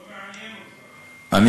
לא מעניין אותו, אבל.